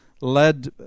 led